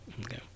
Okay